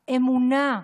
אמונה,